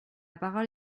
parole